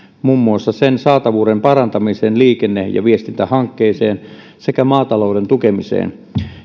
muassa sen saatavuuden parantamiseen liikenne ja viestintähankkeeseen sekä maatalouden tukemiseen